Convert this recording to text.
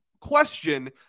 question